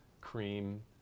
cream